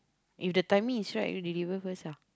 if the timing is right we delivery first ah